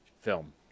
film